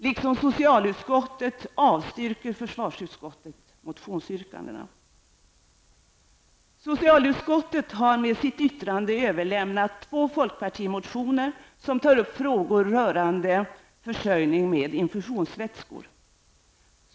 Liksom socialutskottet avstyrker försvarsutskottet motionsyrkandena. Socialutskottet har med sitt yttrande överlämnat två folkpartimotioner som tar upp frågor rörande försörjning med infusionsvätskor.